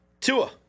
Tua